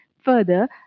Further